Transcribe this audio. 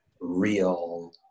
real